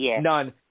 None